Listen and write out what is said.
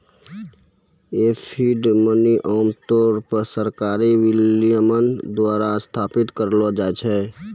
fiat money आम तौर पर सरकारी विनियमन द्वारा स्थापित करलो जाय छै